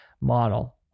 model